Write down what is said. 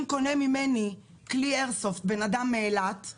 אם קונה ממני בן אדם מאילת כלי איירסופט,